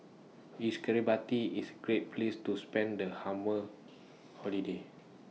IS Kiribati IS Great Place to spend The hammer Holiday